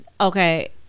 okay